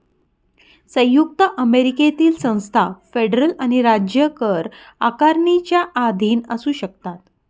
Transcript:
संयुक्त अमेरिकेतील संस्था फेडरल आणि राज्य कर आकारणीच्या अधीन असू शकतात